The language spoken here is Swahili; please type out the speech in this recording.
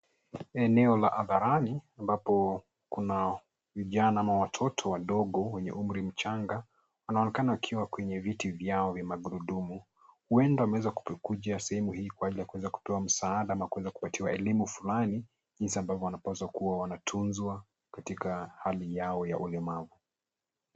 Eneo la hadharani ambapo kuna vijana ama watoto wadogo wenye umri mchanga wanaonekana wakiwa kwenye viti vyao vya magurudumu huenda wameweza kukuja sehemu hii kuweza kupewe msaada ama kuweza kupatiwa elimu fulani jinsi ambavyo wanapaswa kuwa wanatunzwa katika hali yao ya ulemavu.